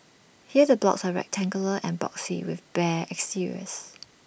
here the blocks are rectangular and boxy with bare exteriors